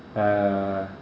ya ya ya